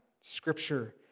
Scripture